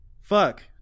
Fuck